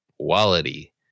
quality